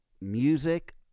music